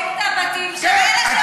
הורסים את הבתים של אלו שעושים טרור.